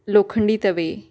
लोखंडी तवे